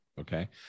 Okay